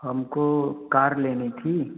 हमको कार लेनी थी